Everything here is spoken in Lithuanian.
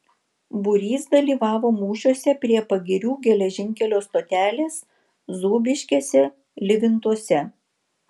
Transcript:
būrys dalyvavo mūšiuose prie pagirių geležinkelio stotelės zūbiškėse livintuose